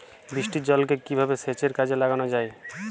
বৃষ্টির জলকে কিভাবে সেচের কাজে লাগানো য়ায়?